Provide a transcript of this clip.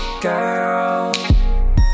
girl